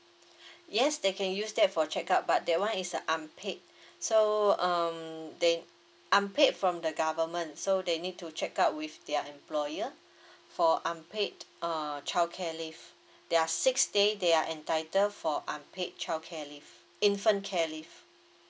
yes they can use that for check up but that one is a unpaid so um they unpaid from the government so they need to check out with their employer for unpaid uh childcare leave there are six day they are entitled for unpaid childcare leave infant care leave